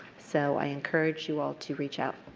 so i encourage you all to reach out.